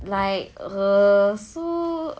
like uh so